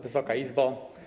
Wysoka Izbo!